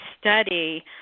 study